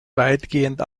weitgehend